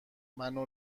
منو